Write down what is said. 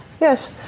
Yes